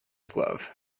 glove